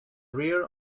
rear